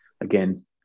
again